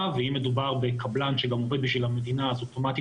ואם מדובר בקבלן שגם עובד בשביל המדינה אז אוטומטית